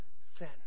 sin